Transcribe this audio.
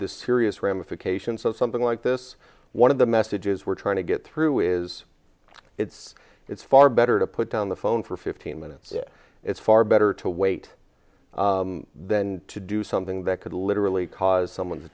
the serious ramifications of something like this one of the messages we're trying to get through is it's it's far better to put down the phone for fifteen minutes it's far better to wait then to do something that could literally cause someone